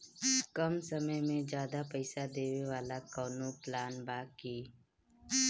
कम समय में ज्यादा पइसा देवे वाला कवनो प्लान बा की?